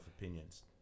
opinions